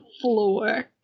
floor